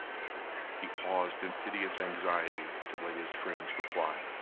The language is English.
he paused in piteous anxiety to await his friend's reply.